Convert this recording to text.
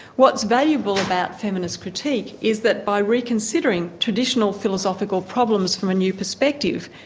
what's valuable about feminist critique is that by reconsidering traditional philosophical problems from new perspective,